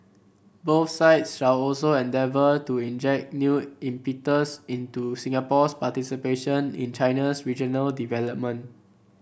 both sides shall also endeavour to inject new impetus into Singapore's participation in China's regional development